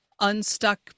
unstuck